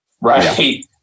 Right